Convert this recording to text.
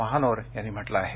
महानोर यांनी म्हटलं आहे